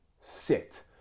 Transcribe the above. sit